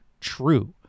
true